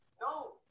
No